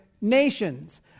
nations